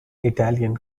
italian